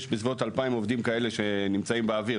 יש בסביבות 2,000 עובדים כאלה שנמצאים באוויר,